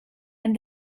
and